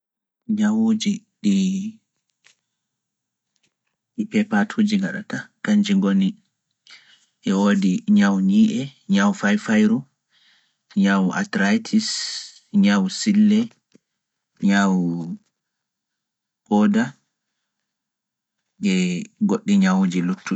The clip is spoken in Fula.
Ñawuuji ɗi peepatuuji gaɗata, kañji ngoni e woodi ñawu ñii’e, ñawu fayfayru, ñawu astaritis, ñawu sille, ñawu kooda, e goɗɗi ñawuuji luttuɗi.